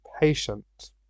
patient